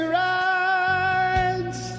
rides